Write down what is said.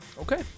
Okay